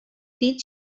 did